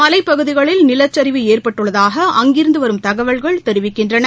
மலைப்பகுதிகளில் நிலச்சரிவு ஏற்பட்டுள்ளதாக அங்கிருந்துவரும் தகவல்கள் தெரிவிக்கின்றன